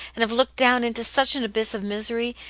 and have looked down into such an abyss of misery!